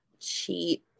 cheat